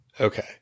Okay